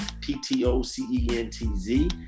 p-t-o-c-e-n-t-z